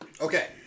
Okay